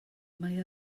mae